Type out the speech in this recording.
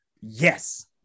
Yes